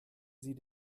sie